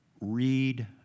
Read